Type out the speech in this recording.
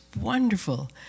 wonderful